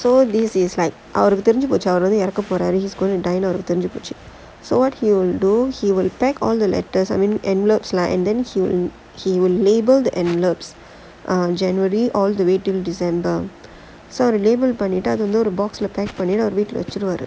so this is like அவருக்கு தெரிஞ்சு போச்சு அவரு வந்து இறக்க போறாருன்னு:avarukku therinju pochu avaru vanthu irakka poraarunnu he's going to தெரிஞ்சு போச்சு:therinju pochu so what he'll do he will write on the letters I mean envelopes lah and then he will he will labeled envelopes a january all the way to december so the பண்ணிட்டு அவரு அத வந்து:pannittu avaru atha vanthu box பண்ணு வீட்ல வச்சுருவாரு:pannu veetla vachuruvaaru